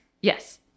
Yes